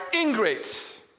ingrates